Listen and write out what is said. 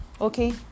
Okay